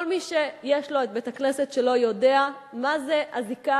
כל מי שיש לו בית-הכנסת שלו יודע מה זה הזיקה